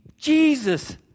Jesus